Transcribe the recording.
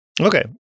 Okay